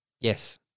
Yes